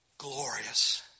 Glorious